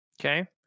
Okay